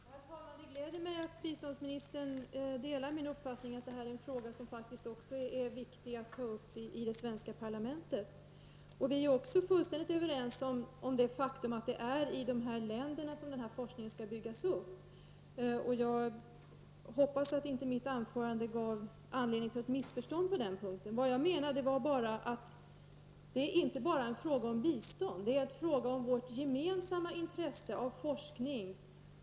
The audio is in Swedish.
Herr talman! Det gläder mig att biståndsministern delar min uppfattning att det här är en fråga som faktiskt också är viktig att ta upp i det svenska parlamentet. Vi är fullständigt överens om det faktum att det är i dessa länder som forskning skall byggas upp. Jag hoppas att mitt anförande inte gav anledning till missförstånd på den punkten. Jag menade, att det inte bara är fråga om bistånd, det är fråga om vårt gemensamma intresse av forskning.